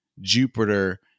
Jupiter